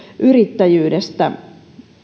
yrittäjyydestä